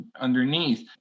underneath